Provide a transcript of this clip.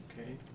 Okay